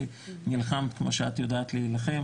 ונלחמת כמו שאת יודעת להילחם,